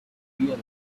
realize